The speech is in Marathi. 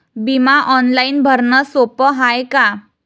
बिमा ऑनलाईन भरनं सोप हाय का?